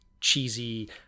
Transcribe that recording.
cheesy